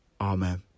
Amen